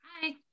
Hi